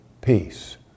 peace